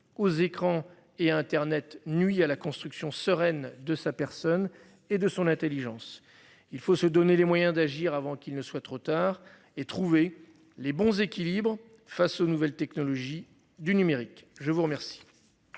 aux écrans et Internet nuit à la construction sereine de sa personne et de son Intelligence. Il faut se donner les moyens d'agir avant qu'il ne soit trop tard et trouver les bons équilibres. Face aux nouvelles technologies du numérique. Je vous remercie.